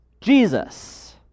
Jesus